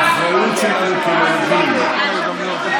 העברתי היום מסר ברור לאבו מאזן שהאחריות